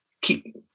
keep